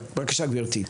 בבקשה, גברתי.